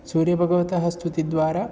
सूर्यभगवतः स्तुतिद्वारा